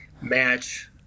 match